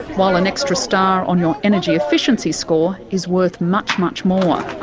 while an extra star on your energy efficiency score is worth much, much more.